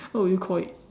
what will you Call it